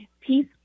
peace